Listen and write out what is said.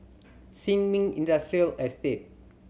Sin Ming Industrial Estate